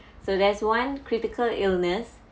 so there's one critical illness